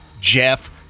jeff